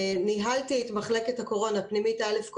צריך גם לציין שמקום פיזי זה מצוין וחשוב,